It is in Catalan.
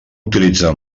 utilitzar